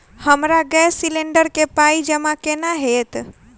हमरा gas cylinder केँ पाई जमा केना हएत?